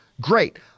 great